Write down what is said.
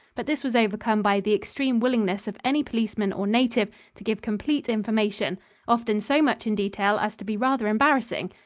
but this was overcome by the extreme willingness of any policeman or native to give complete information often so much in detail as to be rather embarrassing.